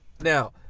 now